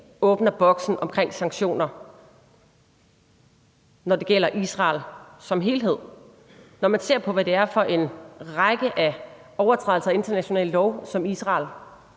åbner boksen med sanktioner, når det gælder Israel som helhed, når man ser på, hvad det er for en række af overtrædelser af international lov, som Israel